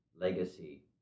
legacy